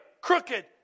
crooked